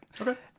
Okay